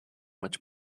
much